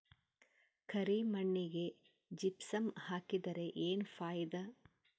ಕರಿ ಮಣ್ಣಿಗೆ ಜಿಪ್ಸಮ್ ಹಾಕಿದರೆ ಏನ್ ಫಾಯಿದಾ?